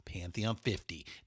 Pantheon50